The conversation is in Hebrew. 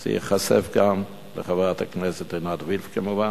וזה ייחשף גם לחברת הכנסת עינת וילף, כמובן.